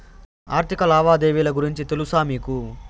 ఆర్థిక లావాదేవీల గురించి తెలుసా మీకు